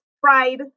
fried